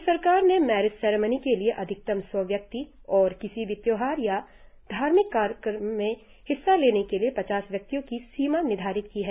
राज्य सरकार ने मैरिज सेरिमनी के लिए अधिकतम सौ व्यक्ति और किसी भी त्योहार या धार्मिक कार्यक्रम में हिस्सा लेने के लिए पचास व्यक्ति की सीमा निर्धारित की है